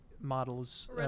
models